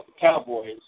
Cowboys